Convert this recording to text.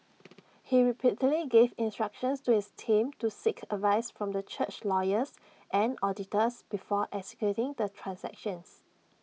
he repeatedly gave instructions to his team to seek advice from the church's lawyers and auditors before executing the transactions